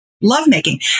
lovemaking